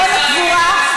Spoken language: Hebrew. ארון קבורה.